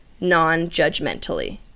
non-judgmentally